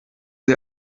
sie